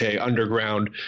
underground